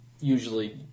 usually